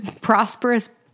prosperous